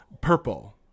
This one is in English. Purple